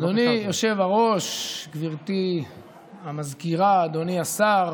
אדוני היושב-ראש, גברתי המזכירה, אדוני השר,